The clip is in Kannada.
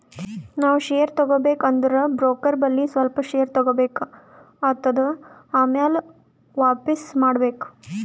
ನಾವ್ ಶೇರ್ ತಗೋಬೇಕ ಅಂದುರ್ ಬ್ರೋಕರ್ ಬಲ್ಲಿ ಸ್ವಲ್ಪ ಶೇರ್ ತಗೋಬೇಕ್ ಆತ್ತುದ್ ಆಮ್ಯಾಲ ವಾಪಿಸ್ ಮಾಡ್ಬೇಕ್